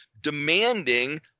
demanding